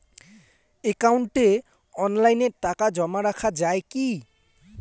একাউন্টে অনলাইনে টাকা জমা রাখা য়ায় কি?